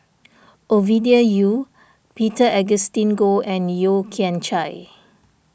Ovidia Yu Peter Augustine Goh and Yeo Kian Chye